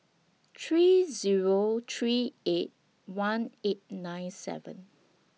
three Zero three eight one eight nine seven